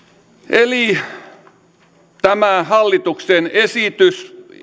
eli tämä hallituksen esitys